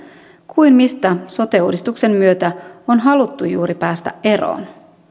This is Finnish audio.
kuin mistä sote uudistuksen myötä on haluttu juuri päästä eroon